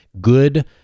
good